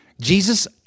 Jesus